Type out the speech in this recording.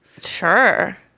Sure